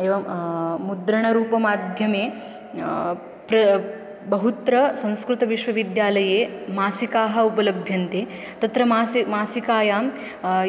एवं मुद्रणरूपमाध्यमे प्र बहुत्र संस्कृतविश्वविद्यालये मासिकाः उपलभ्यन्ते तत्र मासे मासिकायां